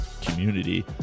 community